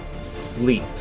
Sleep